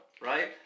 right